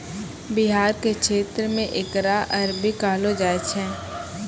बिहार के क्षेत्र मे एकरा अरबी कहलो जाय छै